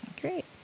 Great